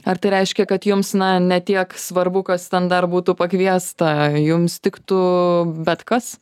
ar tai reiškia kad jums na ne tiek svarbu kas ten dar būtų pakviesta jums tiktų bet kas